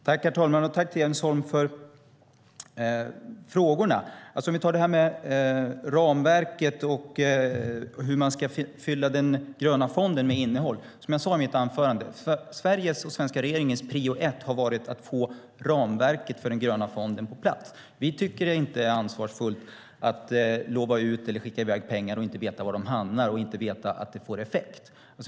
Herr talman! Tack, Jens Holm, för frågorna! Först var det en fråga om ramverket och hur den gröna fonden ska fyllas med innehåll. Jag sade i mitt anförande att Sveriges och den svenska regeringens prio ett har varit att få ramverket för den gröna fonden på plats. Vi tycker inte att det är ansvarsfullt att lova ut eller skicka i väg pengar och inte veta var de hamnar och inte veta att de får effekt.